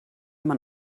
man